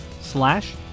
slash